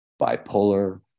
bipolar